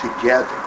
together